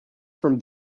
from